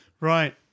Right